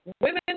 Women